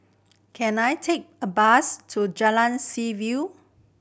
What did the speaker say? can I take a bus to Jalan Seaview